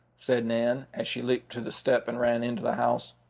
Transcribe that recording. said nan, as she leaped to the step and ran into the house.